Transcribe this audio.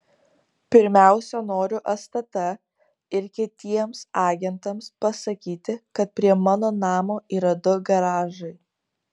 pirmiausia noriu stt ir kitiems agentams pasakyti kad prie mano namo yra du garažai